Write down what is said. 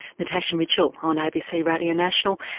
natasha mitchell on abc radio national,